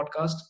podcast